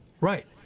Right